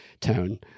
tone